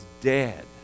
dead